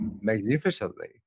magnificently